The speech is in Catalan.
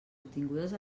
obtingudes